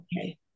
okay